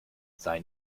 sei